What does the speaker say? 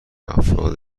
افراد